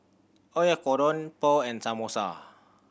Oyakodon Pho and Samosa